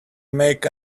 make